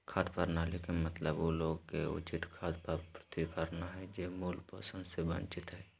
खाद्य प्रणाली के मतलब उ लोग के उचित खाद्य आपूर्ति करना हइ जे मूल पोषण से वंचित हइ